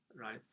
right